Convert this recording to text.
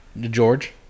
George